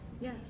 Yes